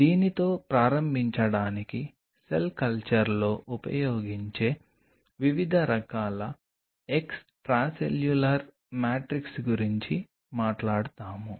దీనితో ప్రారంభించడానికి సెల్ కల్చర్లో ఉపయోగించే వివిధ రకాల ఎక్స్ట్రాసెల్యులర్ మ్యాట్రిక్స్ గురించి మాట్లాడుతాము